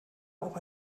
auch